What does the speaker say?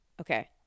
Okay